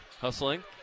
Hustling